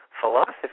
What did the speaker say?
philosophy